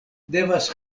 devas